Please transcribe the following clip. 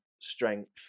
strength